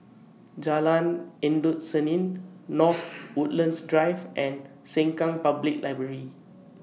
Jalan Endut Senin North Woodlands Drive and Sengkang Public Library